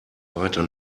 weiter